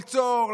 ליצור,